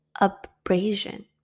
abrasion